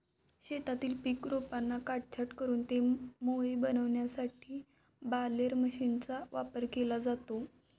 शेतातील पीक रोपांना काटछाट करून ते मोळी बनविण्यासाठी बालेर मशीनचा वापर केला जातो